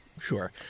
Sure